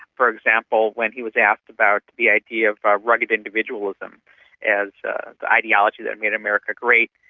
for example, when he was asked about the idea of rugged individualism as the ideology that made america great,